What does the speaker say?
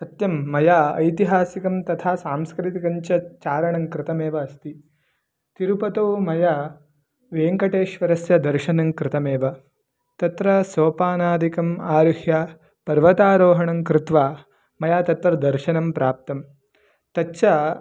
सत्यं मया ऐतिहासिकं तथा सांस्कृतिकं चारणं कृतमेव अस्ति तिरुपतौ मया वेङ्कटेश्वरस्य दर्शनं कृतमेव तत्र सोपानादिकम् आरुह्य पर्वतारोहणं कृत्वा मया तत्र दर्शनं प्राप्तं तच्च